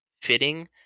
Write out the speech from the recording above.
fitting